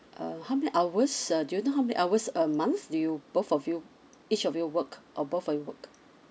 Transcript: uh how many hours uh do you know how many hours a month do you both of you each of you work or both of you work